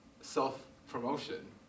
self-promotion